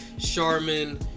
Charmin